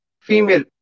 female